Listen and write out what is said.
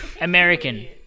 American